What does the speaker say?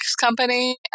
company